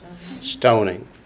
stoning